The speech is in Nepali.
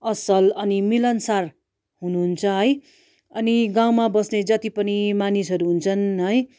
असल अनि मिलनसार हुनु हुन्छ है अनि गाउँमा बस्ने जति पनि मानिसहरू हुन्छन् है